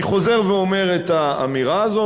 אני חוזר ואומר את האמירה הזו,